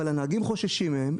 אבל הנהגים חוששים מהן.